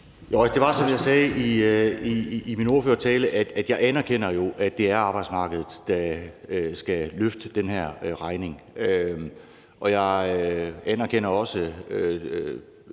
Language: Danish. (V): Jo, som jeg sagde i min ordførertale, er det jo sådan, at jeg anerkender, at det er arbejdsmarkedet, der skal løfte den her regning, og jeg anerkender også